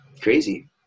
Crazy